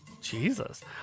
Jesus